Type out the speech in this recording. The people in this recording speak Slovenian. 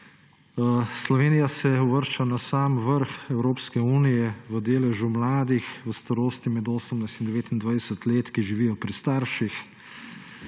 Slovenija se uvršča na sam vrh Evropske unije v deležu mladih v starosti med 18 in 29 let, ki živijo pri starših.